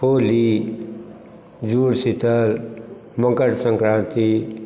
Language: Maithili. होली जुड़शीतल मकरसङ्क्रान्ति